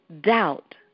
doubt